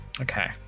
Okay